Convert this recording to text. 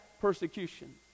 persecution